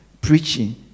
preaching